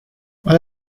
آیا